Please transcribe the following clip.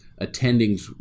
attendings